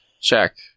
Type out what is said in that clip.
check